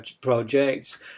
projects